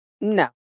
No